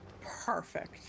Perfect